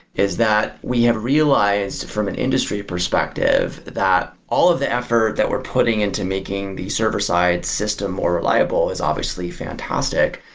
is that we have realized from an industry perspective that all of the effort that we're putting into making the server-side system more reliable is obviously fantastic.